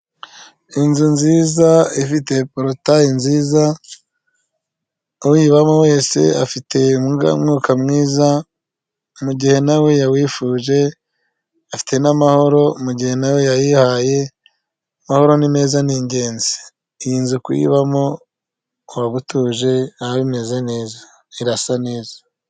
Inzu nziza ifite porotaye nziza uyibamo wese afite mwuka mwiza mu gihe, nawe yawifuje afite n'amahoro mu gihe na yayihaye amahoro ni meza ni ingenzi iyi nzu kuyibamo waba utuje irameze neza irasa neza.